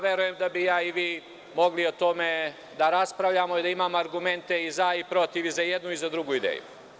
Verujem da bi ja i vi mogli o tome da raspravljamo i da imamo argumente i za i protiv i za jednu i za drugu ideju.